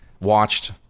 watched